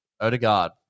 Odegaard